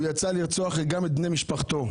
הוא יצא לרצוח גם את בני משפחתו.